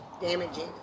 Damaging